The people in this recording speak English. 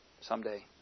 someday